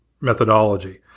methodology